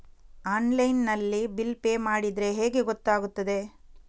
Online ನಲ್ಲಿ bill pay ಮಾಡಿದ್ರೆ ಹೇಗೆ ಗೊತ್ತಾಗುತ್ತದೆ?